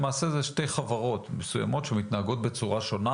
למעשה אלו שתי חברות מסוימות שמתנהגות בצורה שונה,